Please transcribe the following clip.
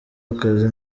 akazi